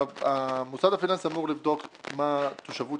המוסד הפיננסי אמור לבדוק מה התושבות